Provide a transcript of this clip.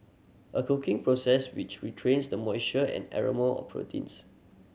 a cooking process which retrains the moisture and aroma of proteins